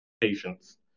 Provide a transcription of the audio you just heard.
patients